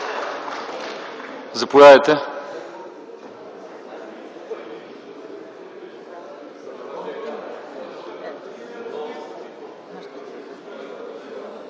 Заповядайте.